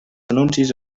anuncis